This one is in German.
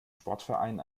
sportverein